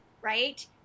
right